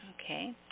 Okay